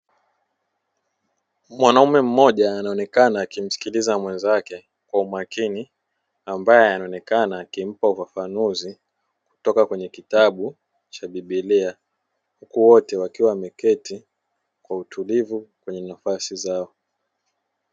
Mwanaume mmoja anaoneka akimsilikiza mwenzake kwa umakini ambaye amekaa akimpa ufafanunuzi, kutoka kwenye kitabu cha biblia. Huku wote wakiwa wameketi kwa utulivu kwenye nafasi zao.